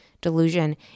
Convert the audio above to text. delusion